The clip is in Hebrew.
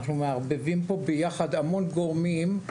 אנחנו מערבבים פה ביחד המון גורמים.